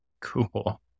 Cool